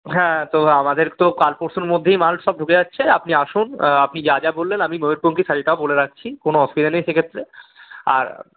হ্যাঁ তো আমাদের তো কাল পরশুর মধ্যেই মাল সব ঢুকে যাচ্ছে আপনি আসুন আপনি যা যা বললেন আমি ময়ূরপঙ্খী শাড়িটাও বলে রাখছি কোনো অসুবিধা নেই সেক্ষেত্রে আর